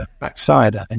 backside